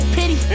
pity